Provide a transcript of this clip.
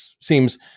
seems